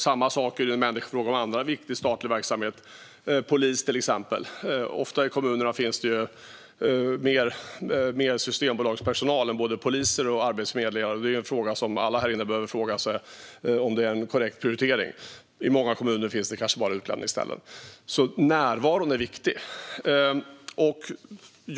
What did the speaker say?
Det gäller även annan viktig statlig verksamhet, till exempel polis. I kommunerna finns det ofta mer systembolagspersonal än både poliser och arbetsförmedlare, och alla här inne behöver fråga sig om det är en korrekt prioritering. I många kommuner finns det kanske bara utlämningsställen. Närvaron är viktig.